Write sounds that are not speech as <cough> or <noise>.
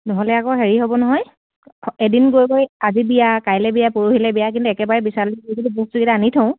নহ'লে আকৌ হেৰি হ'ব নহয় <unintelligible> এদিন গৈ গৈ আজি বিয়া কাইলে বিয়া পৰহিলে বিয়া কিন্তু একেবাৰে বিশালে <unintelligible> বস্তুকেইটো আনি থওঁ